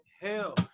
Hell